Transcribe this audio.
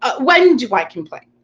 ah when do i complain?